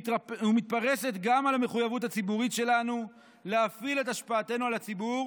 ומתפרסת גם על המחויבות הציבורית שלנו להפעיל את השפעתנו על הציבור